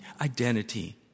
identity